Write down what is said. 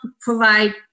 provide